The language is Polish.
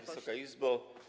Wysoka Izbo!